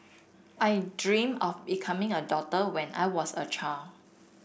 I dreamt of becoming a doctor when I was a child